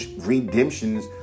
redemptions